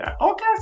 okay